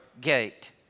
gate